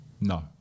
no